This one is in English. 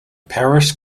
parish